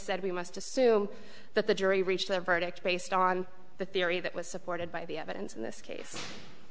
said we must assume that the jury reached their verdict based on the theory that was supported by the evidence in this case